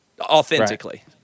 authentically